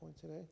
today